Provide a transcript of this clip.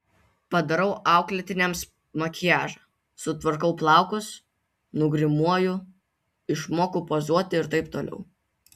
padarau auklėtiniams makiažą sutvarkau plaukus nugrimuoju išmokau pozuoti ir taip toliau